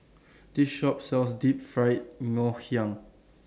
This Shop sells Deep Fried Ngoh Hiang